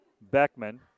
Beckman